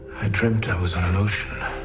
i dreamt i was on an ocean